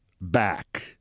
back